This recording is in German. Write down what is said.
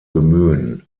bemühen